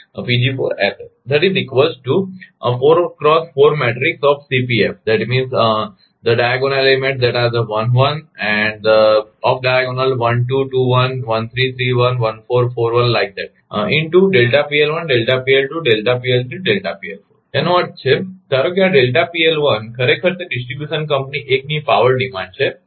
તેનો અર્થ છે ધારો કે આ ડેલ્ટા પીએલ 1 ખરેખર તે ડિસ્ટ્રીબ્યુશન કંપની 1 ની પાવર ડિમાન્ડ છે